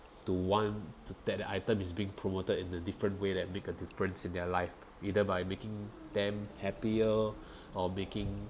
to want t~ that the item is being promoted in a different way that make a difference in their life either by making them happier or making